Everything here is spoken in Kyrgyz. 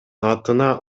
атына